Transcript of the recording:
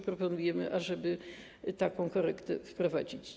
Proponujemy, ażeby taką korektę wprowadzić.